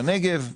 בנגב,